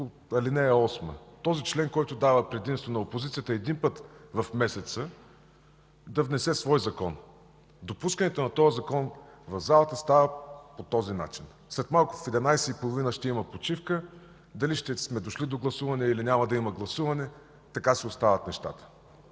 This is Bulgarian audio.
ал. 8 – този член, който дава предимство на опозицията един път в месеца да внесе свой закон. Допускането на този законопроект в залата става по този начин. След малко, в 11,30 ч. ще има почивка – дали ще сме дошли до гласуване или няма да има гласуване, така си остават нещата.